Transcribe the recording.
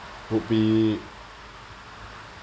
would be